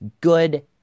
good